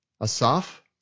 Asaf